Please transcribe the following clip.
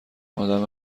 ادم